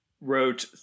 wrote